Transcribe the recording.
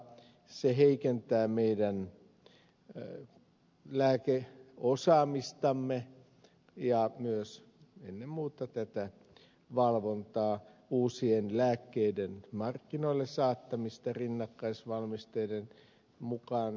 se heikentää meidän lääkeosaamistamme ja myös ennen muuta tätä valvontaa uusien lääkkeiden markkinoille saattamista rinnakkaisvalmisteiden mukaan saamista